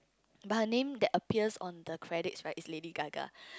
but her name that appears on the credits right is Lady-Gaga